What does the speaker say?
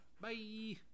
Bye